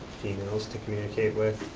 females to communicate with,